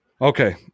Okay